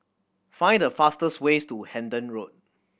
find the fastest way to Hendon Road